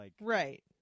Right